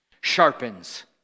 sharpens